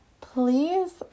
Please